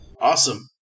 Awesome